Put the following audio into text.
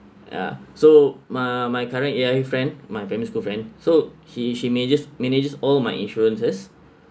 ya so my my current A_I_A friend my primary school friend so he she manages manages all my insurances